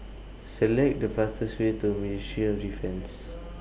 Select The fastest Way to Ministry of Defence